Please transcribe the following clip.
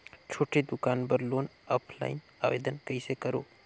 छोटे दुकान बर लोन ऑफलाइन आवेदन कइसे करो?